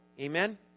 Amen